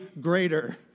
greater